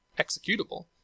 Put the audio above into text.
executable